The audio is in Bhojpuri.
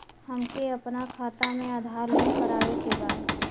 हमके अपना खाता में आधार लिंक करावे के बा?